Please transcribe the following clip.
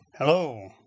Hello